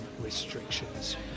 restrictions